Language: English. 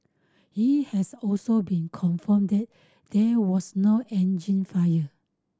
it has also been confirmed that there was no engine fire